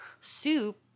soup